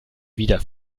wieder